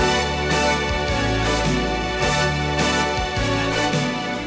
and